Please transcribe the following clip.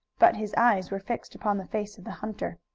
but his eyes were fixed upon the face of the hunter.